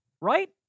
right